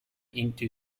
into